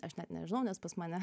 aš net nežinau nes pas mane